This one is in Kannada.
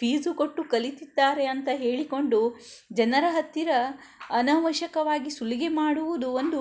ಫ಼ೀಸ್ ಕೊಟ್ಟು ಕಲಿತಿದ್ದಾರೆ ಅಂತ ಹೇಳಿಕೊಂಡು ಜನರ ಹತ್ತಿರ ಅನವಶ್ಯಕವಾಗಿ ಸುಲಿಗೆ ಮಾಡುವುದು ಒಂದು